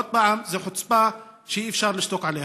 עוד פעם, זו חוצפה שאי-אפשר לשתוק עליה.